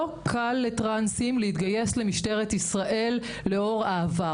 לא קל לטרנסים להתגייס למשטרת ישאל לאור העבר.